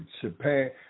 japan